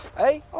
hey?